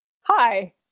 Hi